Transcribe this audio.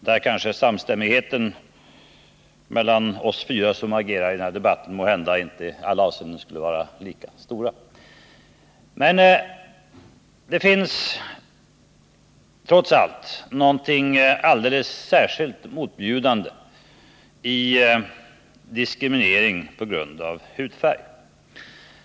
Där skulle samstämmigheten mellan oss fyra som agerar i denna debatt måhända inte i alla avseenden vara lika stor. Men det finns trots allt någonting alldeles särskilt motbjudande i diskriminering på grund av hudfärg.